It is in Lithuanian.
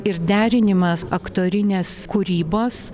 ir derinimas aktorinės kūrybos